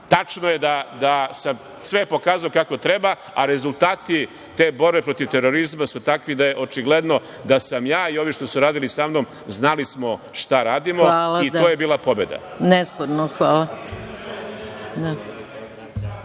Tačno je da sam sve pokazao kako treba, a rezultati te borbe protiv terorizma su takvi da je očigledno da sam ja i ovi što su radili samnom znali šta radimo i to je bila pobeda. **Maja Gojković**